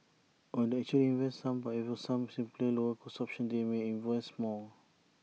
or they actually invest some but if there were some simpler lower cost options they may invest more